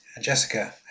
Jessica